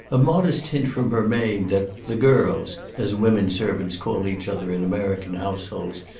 a modest hint from her maid that the girls, as women-servants call each other in american households,